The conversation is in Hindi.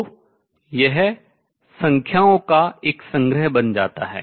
तो यह संख्याओं का एक संग्रह बन जाता है